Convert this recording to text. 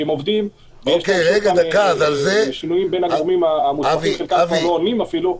כי הם עובדים על שינויים בין הגורמים המוסמכים שאפילו לא עונים,